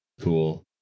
cool